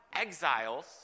Exiles